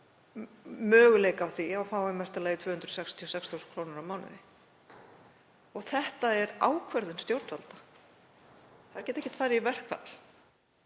möguleika á því að fá í mesta lagi 266.000 kr. á mánuði. Og það er ákvörðun stjórnvalda. Þær geta ekki farið í verkfall